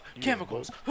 chemicals